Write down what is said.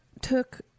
took